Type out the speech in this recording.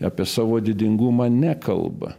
apie savo didingumą nekalba